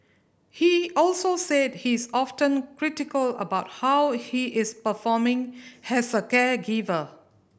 he also said he is often critical about how he is performing as a caregiver